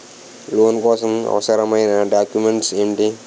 Loan కోసం అవసరమైన documents ఎంటి?